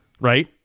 right